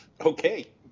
okay